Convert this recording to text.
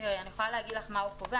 אני יכולה להגיד לך מה הוא קובע,